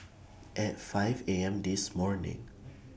At five A M This morning